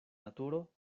naturo